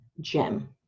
gem